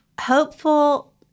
hopeful